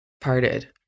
Parted